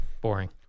Boring